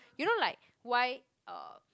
you know like why uh